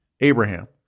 Abraham